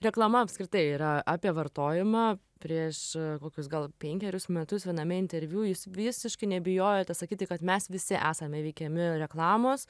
reklama apskritai yra apie vartojimą prieš kokius gal penkerius metus viename interviu jūs visiškai nebijojote sakyti kad mes visi esame veikiami reklamos